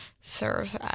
serve